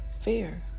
Fear